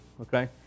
Okay